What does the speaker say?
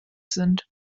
sind